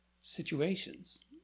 situations